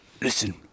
Listen